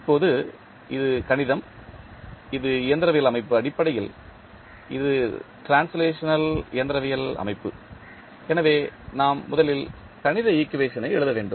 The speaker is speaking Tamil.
இப்போது இது கணிதம் இது இயந்திரவியல் அமைப்பு அடிப்படையில் இது டிரான்ஸ்லேஷனல் இயந்திரவியல் அமைப்பு எனவே நாம் முதலில் கணித ஈக்குவேஷன் ஐ எழுத வேண்டும்